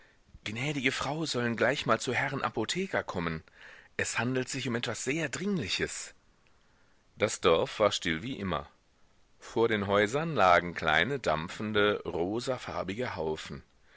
gnädige frau sollen gleich mal zu herrn apotheker kommen es handelt sich um etwas sehr dringliches das dorf war still wie immer vor den häusern lagen kleine dampfende rosafarbige haufen